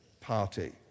party